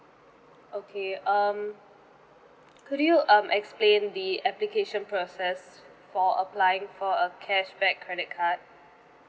okay um could you um explain the application process for applying for a cashback credit card